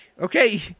okay